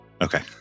Okay